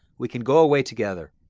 we can go away together.